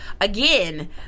again